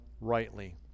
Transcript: rightly